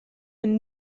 hun